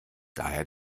daher